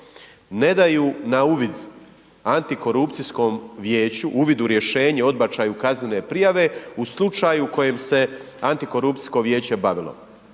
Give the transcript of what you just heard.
ne daju na uvid antikorupcijskom vijeću, uvid u rješenje o odbačaju kaznene prijave u slučaju u kojem se antikorupcijsko vijeće bavilo.